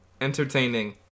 entertaining